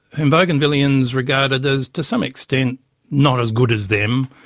whom bougainvilleans regarded as to some extent not as good as them,